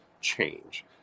change